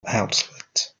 outlet